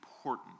important